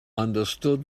understood